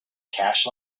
cash